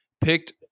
picked